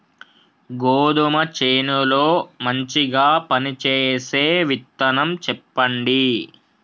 గోధుమ చేను లో మంచిగా పనిచేసే విత్తనం చెప్పండి?